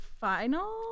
final